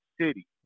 city